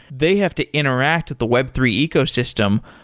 they have to interact the web three ecosystem,